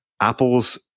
Apple's